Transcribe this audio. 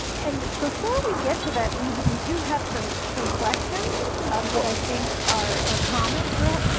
and before we get to that we we do have some some questions that i think are are common throughout.